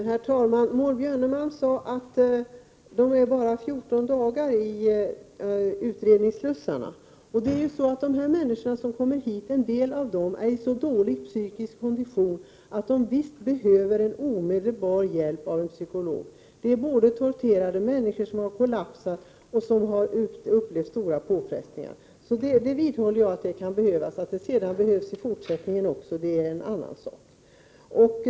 Herr talman! Maud Björnemalm sade att flyktingarna bara är fjorton dagar iutredningsslussarna. En del av de människor som kommer hit är ju i så dålig psykisk kondition att de visst behöver omedelbar hjälp av en psykolog. De är torterade människor som har kollapsat och som har upplevt stora påfrestningar. Jag vidhåller att det kan behövas psykologhjälp. Att sådan kan behövas även fortsättningsvis är en annan sak.